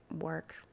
work